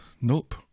Nope